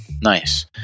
Nice